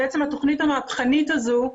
בעצם התכנית המהפכנית הזו,